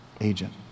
agent